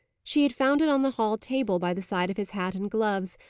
she had found it on the hall table, by the side of his hat and gloves,